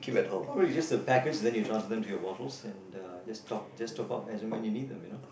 not really it's just the package and then you transfer them to your bottles and uh just top just top up as and when you need them you know